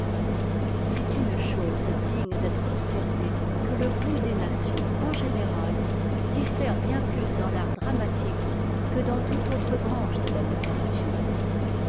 c'est une chose digne d'être observée que le goût des nations en général diffère bien plus dans l'art dramatique que dans toute autre branche de la littérature